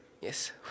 Yes